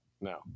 No